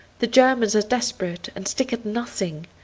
the germans are desperate, and stick at nothing,